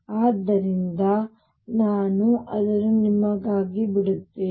ಆದ್ದರಿಂದ ನಾನು ಅದನ್ನು ನಿಮಗಾಗಿ ಬಿಡುತ್ತೇನೆ